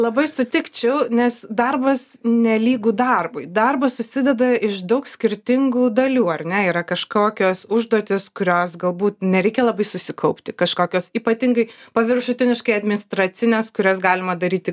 labai sutikčiau nes darbas nelygu darbui darbas susideda iš daug skirtingų dalių ar ne yra kažkokios užduotys kurios galbūt nereikia labai susikaupti kažkokios ypatingai paviršutiniškai administracinės kurias galima daryti